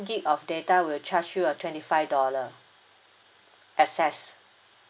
gig of data will charge you a twenty five dollar excess